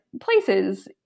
places